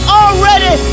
already